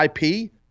IP